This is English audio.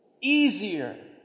easier